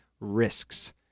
risks